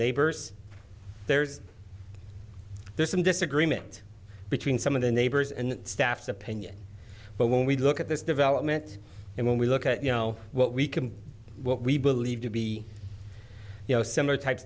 neighbors there's this in disagreement between some of the neighbors and staffs opinion but when we look at this development and when we look at you know what we can what we believe to be you know similar types